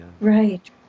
Right